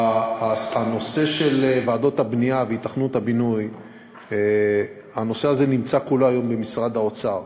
הנושא של ועדות הבנייה והיתכנות הבינוי נמצא כולו היום במשרד האוצר,